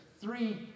three